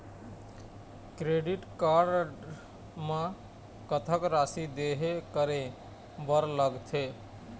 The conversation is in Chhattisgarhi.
क्रेडिट कारड म कतक राशि देहे करे बर लगथे?